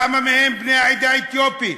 כמה מהם בני העדה האתיופית,